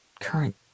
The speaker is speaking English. current